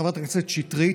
חברת הכנסת שטרית,